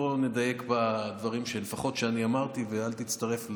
בוא נדייק לפחות בדברים שאני אמרתי ואל תצטרף,